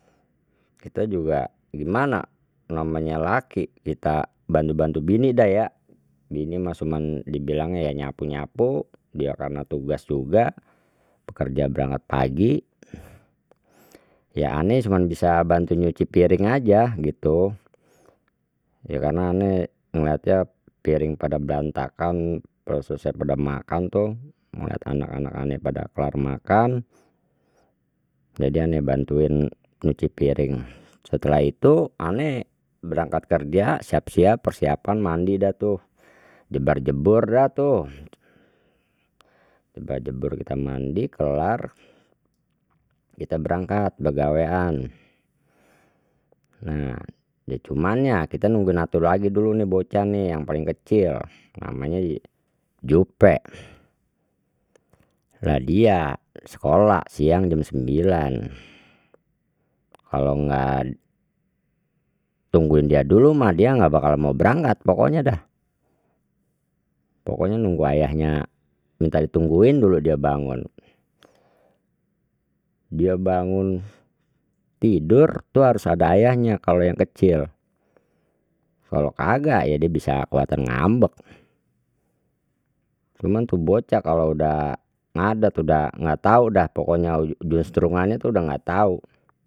Kita juga gimana namanya laki kita bantu bantu bini da ya, jadi ini masuman dibilangnya ya nyapu nyapu dia karena tugas juga pekerja berangkat pagi ya ane cuma bisa bantu nyuci piring saja gitu, ya karena ane ngeliatnya piring pada berantakan selesai pada makan tuh ngelihat anak anak ane pada kelar makan jadi ane bantuin nyuci piring setelah itu ane berangkat kerja siap siap persiapan mandi dah tuh jebar jebur dah tuh jebar jebur kita mandi kelar kita berangkat begawean, nah ya cumanya kita nungguin atu lagi dulu nih bocah nih yang paling kecil namanya jupe, lha dia sekolah siang jam sembilan kalau enggak tungguin dia dulu ma dia gak bakal mau berangkat pokoknya dah pokoknya nunggu ayahnya minta ditungguin dulu dia bangun dia bangun tidur tuh harus ada ayahnya kalau yang kecil kalau kagak ya dia bisa kuatnya ngambek cuman tu bocah kalau udah ngadat tuh udah enggak tahu dah pokoknya justrungannya tuh udah enggak tahu.